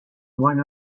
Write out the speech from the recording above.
one